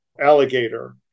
Alligator